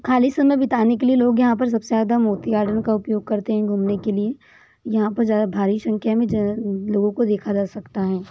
खाली समय बिताने के लिए लोग यहाँ पर सबसे ज़्यादा मोती गार्डन का उपयोग करते हैं घूमने के लिए यहाँ पर ज़्यादा भारी संख्या में लोगों को देखा जा सकता है